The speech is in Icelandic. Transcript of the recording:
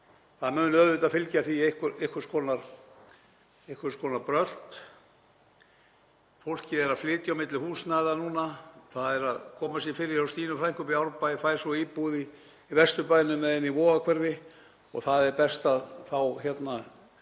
Það mun auðvitað fylgja því einhvers konar brölt. Fólk er að flytja á milli húsnæða núna. Það er að koma sér fyrir hjá Stínu frænku uppi í Árbæ, fær svo íbúð í Vesturbænum eða inni í Vogahverfi og það er best að börnin